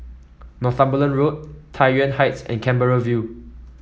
Northumberland Road Tai Yuan Heights and Canberra View